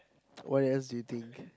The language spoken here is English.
what else do you think